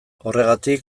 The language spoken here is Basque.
horregatik